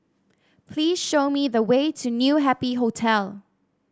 please show me the way to New Happy Hotel